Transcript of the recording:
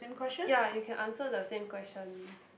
ya you can answer the same question